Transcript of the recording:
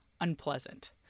unpleasant